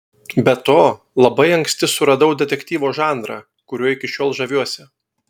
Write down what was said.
be to labai anksti suradau detektyvo žanrą kuriuo iki šiol žaviuosi